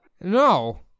No